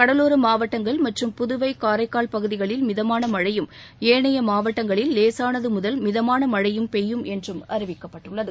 கடலோர மாவட்டங்கள் மற்றும் புதுவை காரைக்கால் பகுதிகளில் மிதமான மழையும் ஏனைய மாவட்டங்களில் லேசானது முதல் மிதமான மழையும் பெய்யும் என்றும் அறிவிக்கப்பட்டுள்ளது